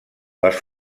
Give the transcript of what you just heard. les